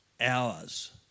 hours